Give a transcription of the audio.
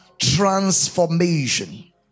Transformation